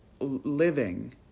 living